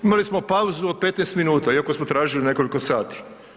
Imali smo pauzu od 15 minuta iako smo tražili nekoliko sati.